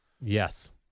Yes